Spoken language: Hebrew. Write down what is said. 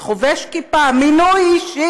כדי להציל את עורו הוא מוכן לרמוס כל דבר.